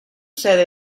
sede